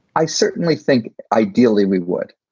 i certainly think ideally we would.